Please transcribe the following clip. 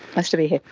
nice to be here.